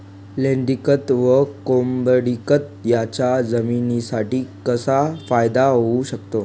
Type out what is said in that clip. लेंडीखत व कोंबडीखत याचा जमिनीसाठी कसा फायदा होऊ शकतो?